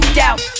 doubt